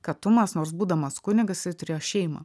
kad tumas nors būdamas kunigas jisai turėjo šeimą